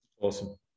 Awesome